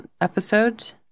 episode